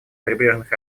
прибрежных